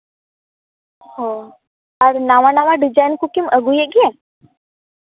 ᱚ ᱟᱨ ᱱᱟᱣᱟ ᱱᱟᱣᱟ ᱰᱤᱡᱟᱭᱤᱱ ᱠᱚᱠᱤᱢ ᱟᱹᱜᱩᱭᱮᱫ ᱜᱮᱭᱟ